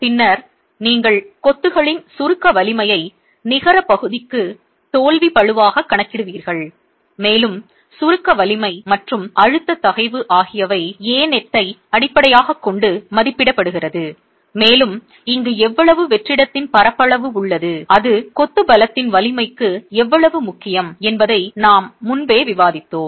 பின்னர் நீங்கள் கொத்துகளின் சுருக்க வலிமையை நிகர பகுதிக்கு தோல்வி பளுவாகக் கணக்கிடுவீர்கள் மேலும் சுருக்க வலிமை மற்றும் அழுத்த தகைவு ஆகியவை Anet ஐ அடிப்படையாகக் கொண்டு மதிப்பிடப்படுகிறது மேலும் இங்கு எவ்வளவு வெற்றிடத்தின் பரப்பளவு உள்ளது அது கொத்து பலத்தின் வலிமைக்கு எவ்வளவு முக்கியம் என்பதை நாம் முன்பே விவாதித்தோம்